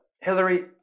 Hillary